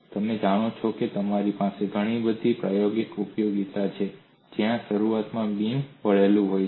તમે જાણો છો કે તમારી પાસે ઘણી બધી પ્રાયોગિક ઉપયોગિતા છે જ્યાં શરૂઆતમાં બીમ વળેલું હોય છે